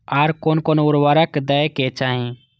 आर कोन कोन उर्वरक दै के चाही?